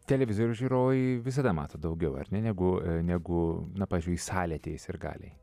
televizoriaus žiūrovai visada mato daugiau ar ne negu negu na pavyzdžiui į salę atėję sirgaliai